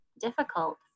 difficult